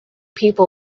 people